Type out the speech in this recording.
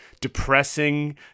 depressing